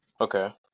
Okay